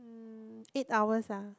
mm eight hours ah